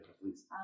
please